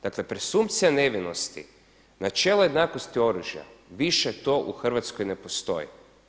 Dakle presumpcija nevinosti, načelo jednakosti oružja, više to u Hrvatskoj ne postoji.